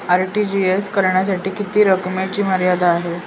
RTGS करण्यासाठी किती रकमेची मर्यादा आहे?